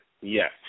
Yes